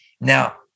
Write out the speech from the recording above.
Now